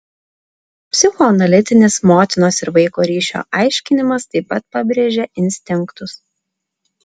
psichoanalitinis motinos ir vaiko ryšio aiškinimas taip pat pabrėžia instinktus